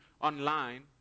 online